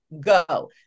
go